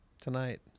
tonight